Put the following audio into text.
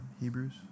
Hebrews